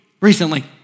recently